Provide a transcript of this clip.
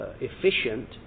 efficient